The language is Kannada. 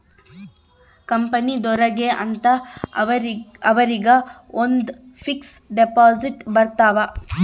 ಕಂಪನಿದೊರ್ಗೆ ಅಂತ ಅವರಿಗ ಒಂದ್ ಫಿಕ್ಸ್ ದೆಪೊಸಿಟ್ ಬರತವ